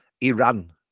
Iran